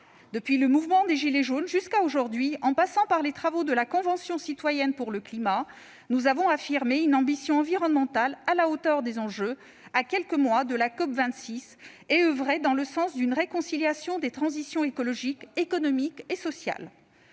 Depuis le mouvement des « gilets jaunes » jusqu'à aujourd'hui, en passant par les travaux de la Convention citoyenne pour le climat, nous avons affirmé une ambition environnementale à la hauteur des enjeux, à quelques mois de la COP26, et oeuvré dans le sens d'une réconciliation des transitions écologiques, économiques et sociales.